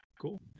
cool